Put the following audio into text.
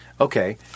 Okay